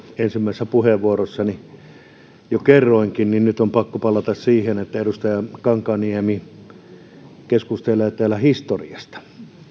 ensimmäisessä puheenvuorossani jo kerroinkin nyt on pakko palata siihen että edustaja kankaanniemi keskustelee täällä historiasta